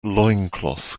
loincloth